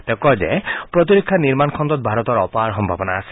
তেওঁ কয় যে প্ৰতিৰক্ষা নিৰ্মাণ খণ্ডত ভাৰতৰ অপাৰ সম্ভাৱনা আছে